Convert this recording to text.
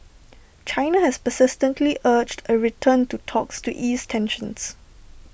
China has persistently urged A return to talks to ease tensions